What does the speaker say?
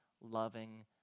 loving